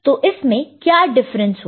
तो इसमें क्या डिफरेंस होगा